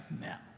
now